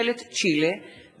הצעת חוק הרשויות המקומיות (בחירות)